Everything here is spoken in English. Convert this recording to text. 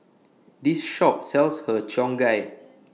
This Shop sells Har Cheong Gai